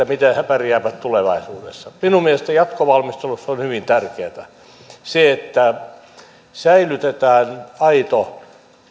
miten he pärjäävät tulevaisuudessa minun mielestäni jatkovalmisteluissa on hyvin tärkeätä se että säilytetään aito